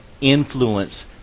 influence